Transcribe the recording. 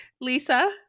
Lisa